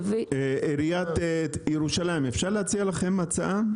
עיריית ירושלים, אפשר להציע לכם הצעה?